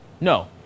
No